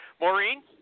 Maureen